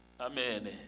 amen